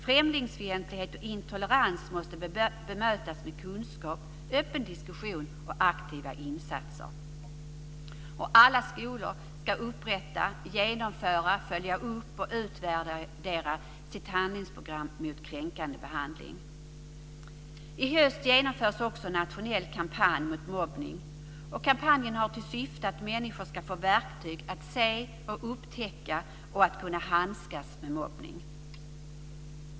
Främlingsfientlighet och intolerans måste bemötas med kunskap, öppen diskussion och aktiva insatser." Alla skolor ska upprätta, genomföra, följa upp och utvärdera sitt handlingsprogram mot kränkande behandling. I höst genomförs också en nationell kampanj mot mobbning. Kampanjen har till syfte att människor ska få verktyg för att se och upptäcka och för att kunna handskas med mobbning.